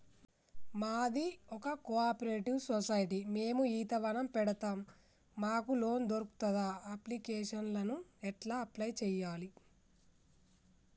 మాది ఒక cooperative society మేము ఈత వనం పెడతం మాకు లోన్ దొర్కుతదా? అప్లికేషన్లను ఎట్ల అప్లయ్ చేయాలే?